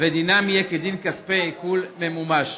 ודינם יהיה כדין כספי עיקול ממומש.